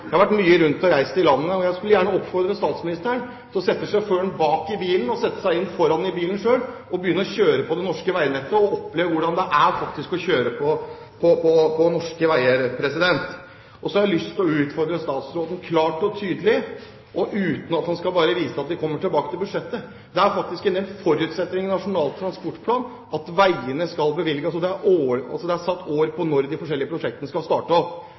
seg selv foran, for så å kjøre på det norske veinettet, oppleve hvordan det faktisk er å kjøre på norske veier. Så har jeg lyst til å utfordre statsråden, klart og tydelig, uten at han bare viser til at en kommer tilbake i budsjettet. Det er faktisk en forutsetning i Nasjonal transportplan at det skal bevilges penger til veiene, og at det står når de forskjellige prosjektene skal starte opp.